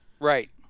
Right